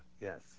Yes